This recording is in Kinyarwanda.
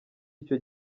icyo